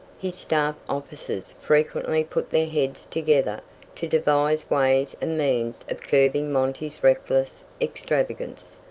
his staff officers frequently put their heads together to devise ways and means of curbing monty's reckless extravagance.